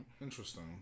Interesting